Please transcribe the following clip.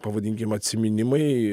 pavadinkim atsiminimai